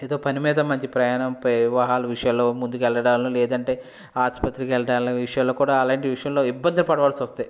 ఏదో పనిమీద మంచి ప్రయాణం వివాహ విషయాల్లో ముందుకెళ్ళడాలు లేదంటే ఆసుపత్రికి వెళ్ళడాలు విషయాల్లో కూడా అలాంటి విషయాలు ఇబ్బంది పడవల్సి వస్తే